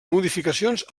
modificacions